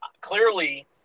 clearly